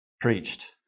preached